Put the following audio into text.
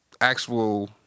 actual